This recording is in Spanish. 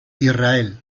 israel